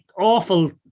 awful